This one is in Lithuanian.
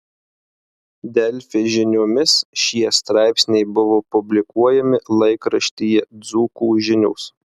delfi žiniomis šie straipsniai buvo publikuojami laikraštyje dzūkų žinios